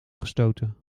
gestoten